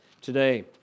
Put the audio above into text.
today